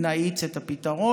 נאיץ את הפתרון.